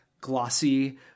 glossy